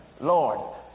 Lord